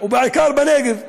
ובעיקר בנגב.